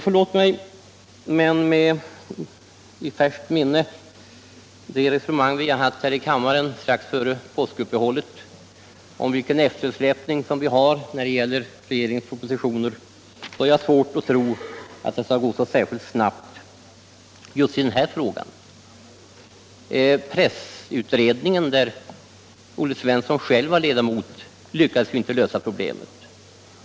Förlåt mig, men eftersom jag har i färskt minne det resonemang vi hade i kammaren strax före påskuppehållet om eftersläpninen när det gäller regeringens propositioner, så har jag svårt att tro att det skall gå så särskilt snabbt just i den här frågan. Pressutredningen, där Olle Svensson själv var ledamot, lyckades inte lösa problemet.